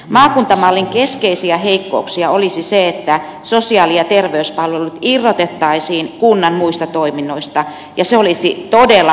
maakuntamallin keskeisiä heikkouksia olisi se että sosiaali ja terveyspalvelut irrotettaisiin kunnan muista toiminnoista ja se olisi todella paha virhe